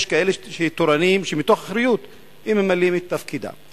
יש כאלה שהם תורנים שמתוך אחריות הם ממלאים את תפקידם.